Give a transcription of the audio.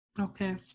Okay